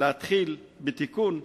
להתחיל בתיקון,